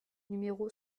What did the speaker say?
numéro